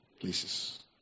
places